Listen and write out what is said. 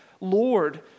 Lord